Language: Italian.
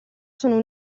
sono